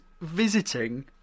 visiting